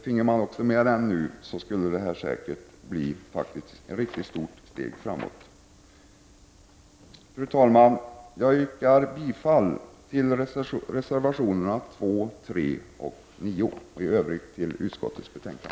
Finge man nu med den också, skulle det säkert bli ett mycket stort steg framåt. Fru talman! Jag yrkar bifall till reservationerna 2, 3 och 9 samt i övrigt till utskottets hemställan.